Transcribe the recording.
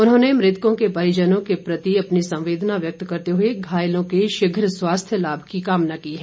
उन्होंने मृतकों के परिवारजनों के प्रति अपनी संवेदना व्यक्त करते हुए घायलों के शीघ्र स्वास्थ्य लाभ की कामना की है